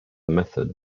method